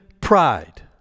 pride